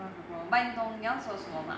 what's your problem but 你懂你要做什么吗